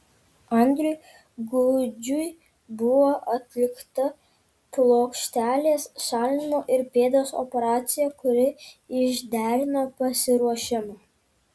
andriui gudžiui buvo atlikta plokštelės šalinimo iš pėdos operacija kuri išderino pasiruošimą